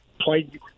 played